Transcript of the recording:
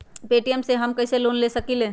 Paytm से हम कईसे लोन ले सकीले?